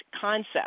concept